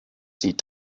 sie